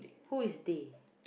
who is they